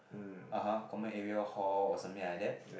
(uh huh) common area hall or something like that